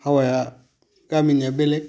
हावाया गामिनिया बेलेग